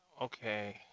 Okay